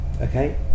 okay